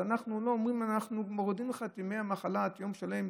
אז אומרים: אנחנו מורידים לך מימי המחלה יום שלם,